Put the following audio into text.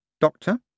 Doctor